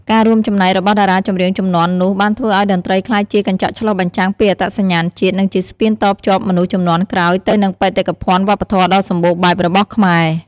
ការរួមចំណែករបស់តារាចម្រៀងជំនាន់នោះ បានធ្វើឱ្យតន្ត្រីក្លាយជាកញ្ចក់ឆ្លុះបញ្ចាំងពីអត្តសញ្ញាណជាតិ និងជាស្ពានតភ្ជាប់មនុស្សជំនាន់ក្រោយទៅនឹងបេតិកភណ្ឌវប្បធម៌ដ៏សម្បូរបែបរបស់ខ្មែរ។